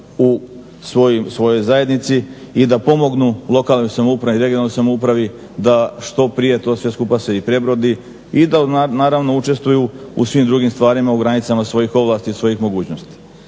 u svojoj zajednici i da pomognu lokalnoj samoupravi, regionalnoj samoupravi da što prije to sve skupa se i prebrodi i da naravno učestvuju u svim drugim stvarima u granicama svojih ovlasti i svojih mogućnosti.